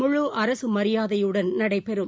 முழ அரசுமியாதையுடன் நடைபெறும்